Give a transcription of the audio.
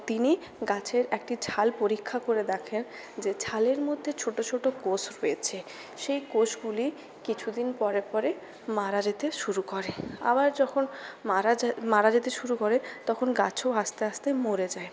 তিনি গাছের একটি ছাল পরীক্ষা করে দেখেন যে ছালের মধ্যে ছোট ছোট কোষ রয়েছে সেই কোষগুলি কিছুদিন পরে পরে মারা যেতে শুরু করে আবার যখন মারা যা মারা যেতে শুরু করে তখন গাছও আস্তে আস্তে মরে যায়